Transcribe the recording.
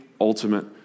ultimate